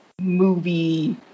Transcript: movie